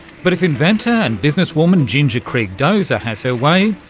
but if inventor and businesswoman ginger krieg dosier has her way,